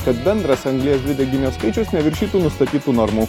kad bendras anglies dvideginio skaičius neviršytų nustatytų normų